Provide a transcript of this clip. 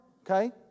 okay